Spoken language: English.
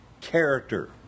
character